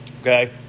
okay